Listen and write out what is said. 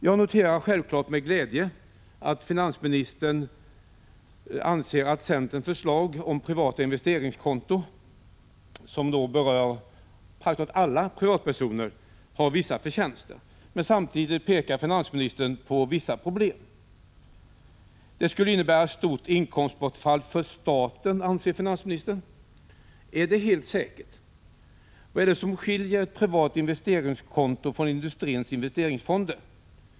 Jag noterar självfallet med glädje att finansministern anser att centerns förslag till privata investeringskonton, som berör praktiskt taget alla privatpersoner, har vissa förtjänster. Men samtidigt pekar finansministern på några problem. Ett införande av privata investeringskonton skulle innebära ett stort inkomstbortfall för staten, menar finansministern. Är det helt säkert? Vad är det som skiljer privata investeringskonton från industrins investeringsfonder?